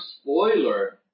spoiler